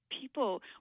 people